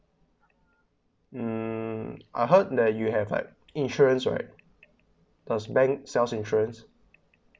um I heard that you have like insurance right uh bank self insurance